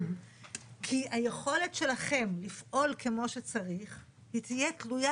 כי היכולת שלכם לפעול כמו שצריך תהיה תלויה